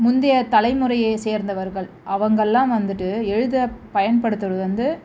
முந்தைய தலைமுறையை சேர்ந்தவர்கள் அவங்கள்லாம் வந்துட்டு எழுத பயன்படுத்துகிறது வந்து